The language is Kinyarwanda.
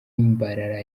mbarara